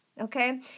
okay